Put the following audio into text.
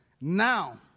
Now